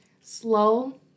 slow